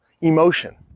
emotion